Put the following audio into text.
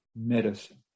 medicine